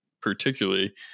particularly